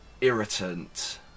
irritant